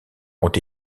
ont